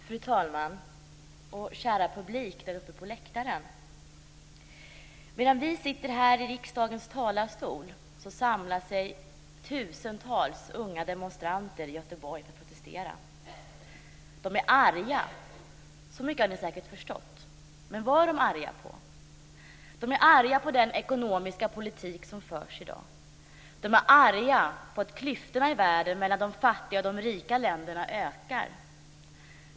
Fru talman och kära publik där uppe på läktaren! Medan vi sitter här i riksdagens kammare samlar sig tusentals unga demonstranter i Göteborg för att protestera. De är arga - så mycket har ni säkert förstått - men vad är de arga på? De är arga på den ekonomiska politik som förs i dag. De är arga på att klyftorna i världen mellan de fattiga och de rika länderna ökar.